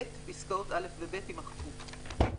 פסקאות (א) ו-(ב) יימחקו."